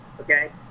okay